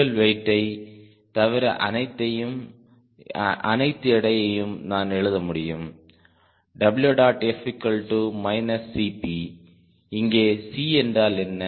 fuel வெயிட்டை தவிர அனைத்து எடையும் நான் எழுத முடியும் Ẃf CP இங்கே C என்றால் என்ன